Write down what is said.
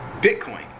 bitcoin